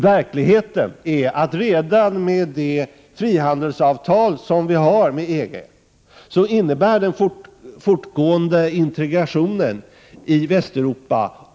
Verkligheten är att redan i och med det frihandelsavtal Sverige har med EG kommer 17 Prot.